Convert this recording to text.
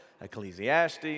Ecclesiastes